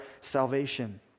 salvation